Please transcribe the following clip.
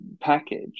package